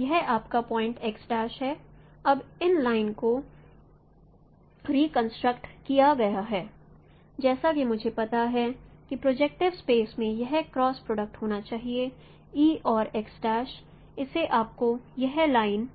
यह आपका पॉइंट है अब इन लाइन को रिकंस्ट्रक्ट किया गया है जैसा कि मुझे पता है कि प्रोजैक्टिव स्पेस में यह क्रॉस प्रोडक्ट होना चाहिए और इससे आपको यह लाइन